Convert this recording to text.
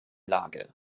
lage